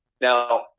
Now